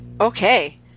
Okay